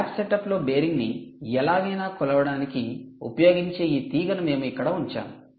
lab సెటప్లో బేరింగ్ను ఎలాగైనా కొలవడానికి ఉపయోగించే ఈ తీగను మేము ఇక్కడ ఉంచాము